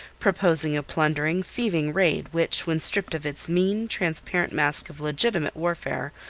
proposing a plundering, thieving raid which, when stripped of its mean, transparent mask of legitimate warfare,